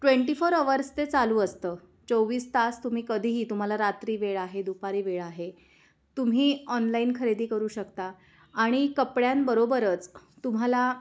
twenty four hours ते चालू असतं चोवीस तास तुम्ही कधीही तुम्हाला रात्री वेळ आहे दुपारी वेळ आहे तुम्ही ऑनलाईन खरेदी करू शकता आणि कपड्यांबरोबरच तुम्हाला